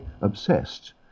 obsessed